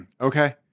Okay